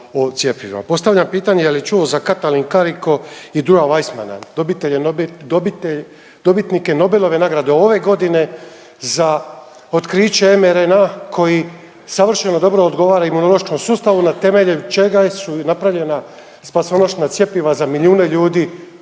Postavljam pitanje je li čuo za Katalin Kariko i Drewa Weissmana, dobitelje, dobitelj, dobitnike Nobelove nagrade ove godine za otkriće mRNA koji savršeno dobro odgovara imunološkom sustavu na temeljem čega su napravljena spasonošna cjepiva za milijune ljudi